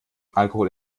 alkohol